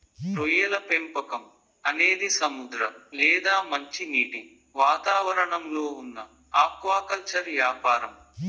రొయ్యల పెంపకం అనేది సముద్ర లేదా మంచినీటి వాతావరణంలో ఉన్న ఆక్వాకల్చర్ యాపారం